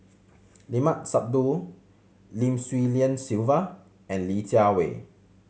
Limat Sabtu Lim Swee Lian Sylvia and Li Jiawei